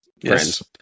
Yes